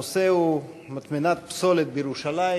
הנושא הוא: מטמנת פסולת בירושלים.